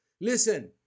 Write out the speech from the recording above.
Listen